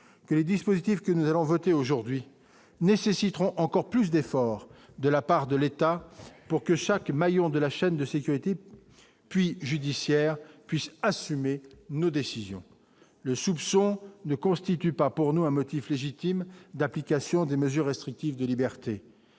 que les dispositifs que nous allons voter aujourd'hui nécessiteront encore plus d'efforts de la part de l'État pour que chaque maillon de la chaîne de sécurité puis judiciaire puisse assumer nos décisions le soupçon ne constitue pas pour nous un motif légitime d'application des mesures restrictives de liberté